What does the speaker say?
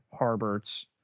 Harberts